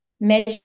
measure